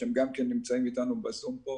שהם גם נמצאים איתנו בזום פה.